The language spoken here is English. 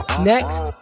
next